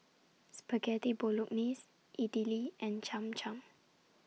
Spaghetti Bolognese Idili and Cham Cham